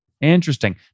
Interesting